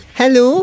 Hello